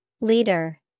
Leader